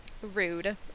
rude